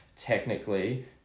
technically